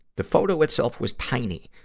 the photo itself was tiny,